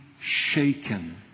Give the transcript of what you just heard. shaken